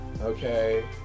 okay